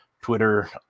Twitter